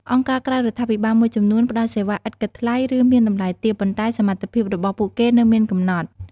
អង្គការក្រៅរដ្ឋាភិបាលមួយចំនួនផ្តល់សេវាឥតគិតថ្លៃ ឬមានតម្លៃទាប ប៉ុន្តែសមត្ថភាពរបស់ពួកគេនៅមានកំណត់។